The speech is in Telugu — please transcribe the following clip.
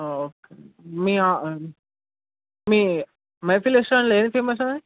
ఓకే మీ మీ మైథిలి రెస్టారెంట్లో ఏది ఫేమస్ అండి